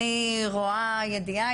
אני רואה ידיעה,